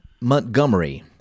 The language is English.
Montgomery